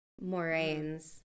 moraine's